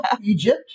Egypt